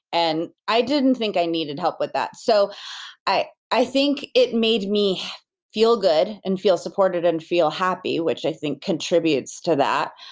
and i didn't think i needed help with that. so i i think it made me feel good and feel supported and feel happy, which i think contributes to that,